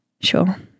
Sure